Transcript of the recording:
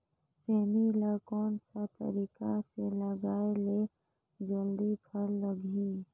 सेमी ला कोन सा तरीका से लगाय ले जल्दी फल लगही?